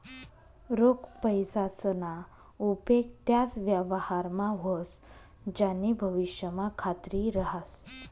रोख पैसासना उपेग त्याच व्यवहारमा व्हस ज्यानी भविष्यमा खात्री रहास